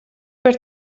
par